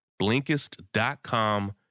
Blinkist.com